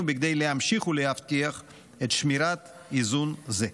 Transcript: כדי להמשיך ולהבטיח על שמירת איזון זה.